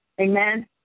Amen